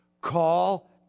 Call